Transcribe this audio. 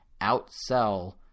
outsell